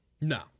No